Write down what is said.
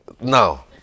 Now